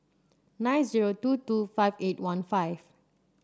nine zero two two five eight one five